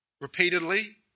repeatedly